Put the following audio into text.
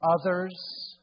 others